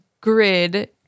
grid